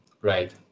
Right